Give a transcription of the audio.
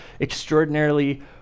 extraordinarily